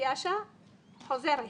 התייאשה וחוזרת: